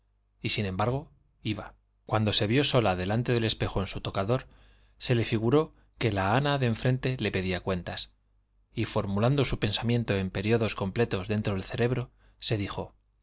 y sin embargo iba cuando se vio sola delante del espejo en su tocador se le figuró que la ana de enfrente le pedía cuentas y formulando su pensamiento en períodos completos dentro del cerebro se dijo